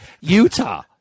Utah